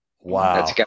Wow